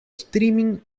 streaming